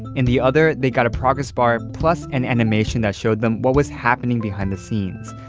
in the other, they got a progress bar plus an animation that showed them what was happening behind the scenes.